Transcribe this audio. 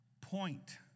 point